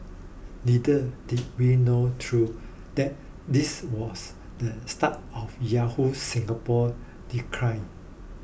little did we know though that this was the start of Yahoo Singapore decline